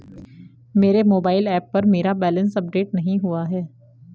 मेरे mobile app पर मेरा बैलेंस अपडेट नहीं हुआ है